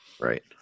Right